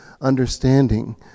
understanding